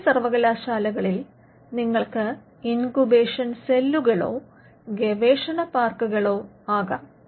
വലിയ സർവകലാശാലകളിൽ നിങ്ങൾക്ക് ഇൻക്യൂബേഷൻ സെല്ലുകളോ ഗവേഷണപാർക്കുകളോ ആകാം